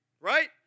right